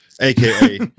aka